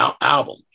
album